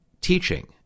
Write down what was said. teaching